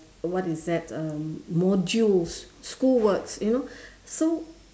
what is that um modules school works you know so